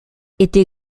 était